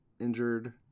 injured